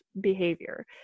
behavior